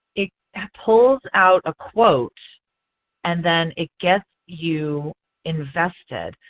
it pulls out a quote and then it gets you invested.